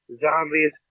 Zombies